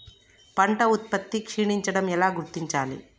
పంట ఉత్పత్తి క్షీణించడం ఎలా గుర్తించాలి?